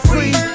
Free